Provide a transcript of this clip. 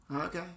Okay